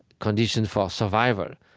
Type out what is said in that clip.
conditions for survival.